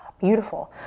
beautiful.